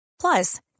Plus